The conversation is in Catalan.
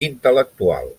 intel·lectual